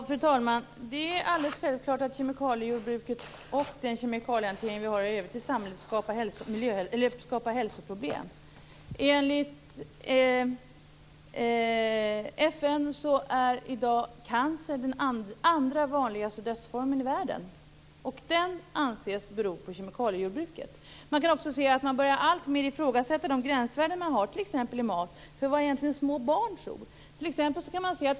Fru talman! Det är självklart att kemikaliejordbruket och den kemikaliehantering vi har i övrigt i samhället skapar hälsoproblem. Enligt FN är cancer den andra vanligaste dödsorsaken i världen i dag. Det anses bero på kemikaliejordbruket. Man börjar också alltmer ifrågasätta de gränsvärden som finns för maten. Vad tål egentligen små barn?